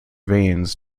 veins